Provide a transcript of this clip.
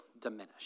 diminish